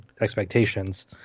expectations